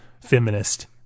feminist